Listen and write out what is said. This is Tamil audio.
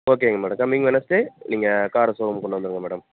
ஓகேங்க மேடம் கம்மிங் வெனெஸ்டே நீங்கள் காரை ஷோரூம்க்கு கொண்டு வந்துடுங்க மேடம்